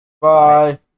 Bye